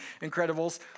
Incredibles